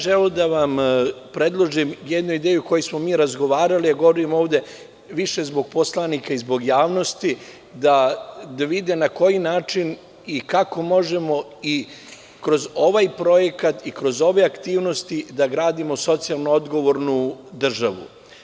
Želeo bih da vam predložim jednu ideju o kojoj smo mi razgovarali, a govorim ovde više zbog poslanika i zbog javnosti da vide na koji način i kako možemo i kroz ovaj projekat i kroz ove aktivnosti da gradimo socijalno odgovornu državu.